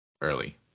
early